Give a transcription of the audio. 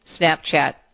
Snapchat